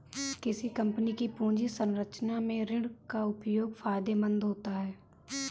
किसी कंपनी की पूंजी संरचना में ऋण का उपयोग फायदेमंद होता है